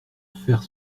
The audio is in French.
faire